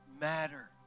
matter